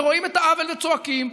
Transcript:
ורואים את העוול וצועקים.